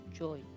joy